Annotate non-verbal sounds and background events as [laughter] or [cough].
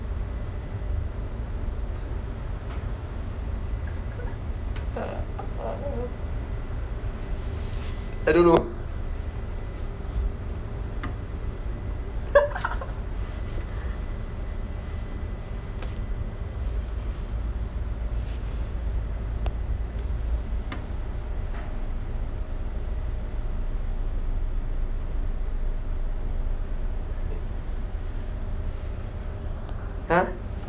[laughs] I don't know [laughs] !huh!